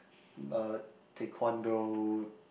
uh taekwondo